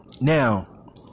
Now